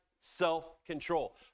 Self-control